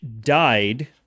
died-